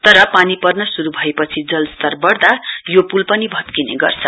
तर पानी पर्न शुरू भएपछि जलस्तर बढ्दा यो पुल पनि भत्किने गर्छ